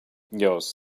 yours